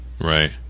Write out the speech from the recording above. Right